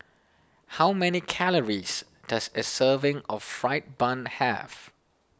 how many calories does a serving of Fried Bun have